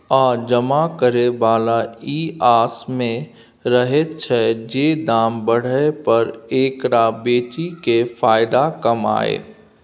आ जमा करे बला ई आस में रहैत छै जे दाम बढ़य पर एकरा बेचि केँ फायदा कमाएब